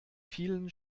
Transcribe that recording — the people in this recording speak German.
vielen